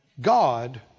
God